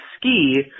Ski